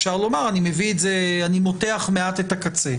אפשר לומר: אני מותח מעט את הקצה.